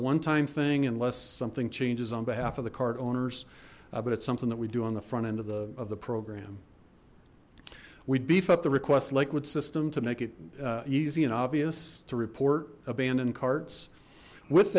one time thing unless something changes on behalf of the cart owners but it's something that we do on the front end of the of the program we'd beef up the request liquid system to make it easy and obvious to report abandoned carts with